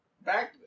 Back